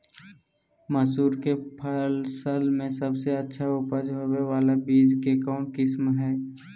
मसूर के फसल में सबसे अच्छा उपज होबे बाला बीज के कौन किस्म हय?